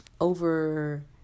over